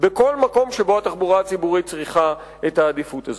בכל מקום שהתחבורה הציבורית צריכה את העדיפות הזאת.